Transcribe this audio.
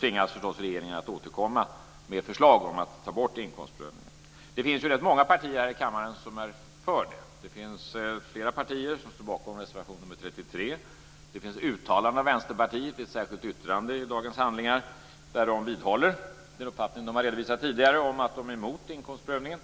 tvingas förstås regeringen att återkomma med förslag om att ta bort inkomstprövningen. Det finns rätt många partier här i kammaren som är för det. Det finns flera partier bakom reservation nr 33. Det finns uttalande av Vänsterpartiet i ett särskilt yttrande i dagens handlingar, där de vidhåller den uppfattning de har redovisat tidigare om att de är emot inkomstprövningen.